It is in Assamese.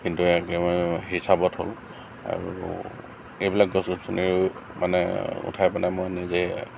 কিন্তু এই হিচাবত হ'ল আৰু এইবিলাক গছ গছনি ৰোই মানে উঠাই পেলাই মই নিজে